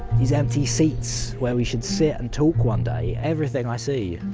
these empty seats where we should sit and talk one day, everything i see.